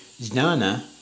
znana